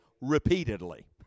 repeatedly